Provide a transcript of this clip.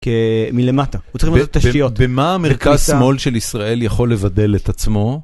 מלמטה, הוא צריך לעשות תשתיות. במה המרכז שמאל של ישראל יכול לבדל את עצמו?